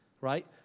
right